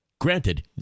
granted